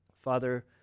Father